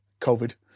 COVID